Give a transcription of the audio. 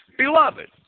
Beloved